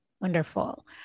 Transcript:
Wonderful